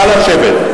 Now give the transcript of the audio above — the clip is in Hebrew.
נא לשבת.